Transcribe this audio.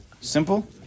Simple